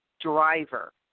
driver